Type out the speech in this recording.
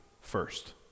first